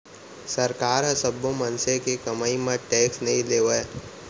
सरकार ह सब्बो मनसे के कमई म टेक्स नइ लेवय